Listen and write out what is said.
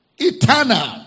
eternal